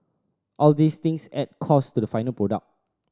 all these things add cost to the final product